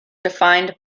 defined